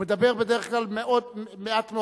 הוא מדבר בדרך כלל מעט מאוד.